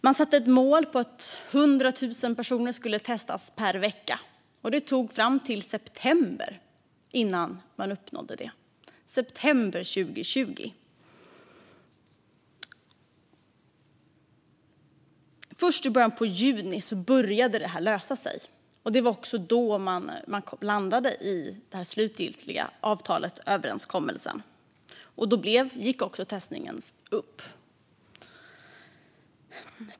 Man satte målet att 100 000 personer skulle testas per vecka, och det tog fram till september 2020 innan man uppnådde det. Först i början på juni började det lösa sig. Det var då man landade i den slutliga överenskommelsen, och då ökade testningen.